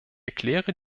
erkläre